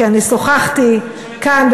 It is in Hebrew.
כי שוחחתי כאן,